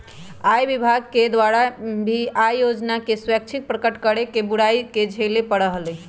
आय विभाग के द्वारा भी आय योजना के स्वैच्छिक प्रकट करे के बुराई के झेले पड़ा हलय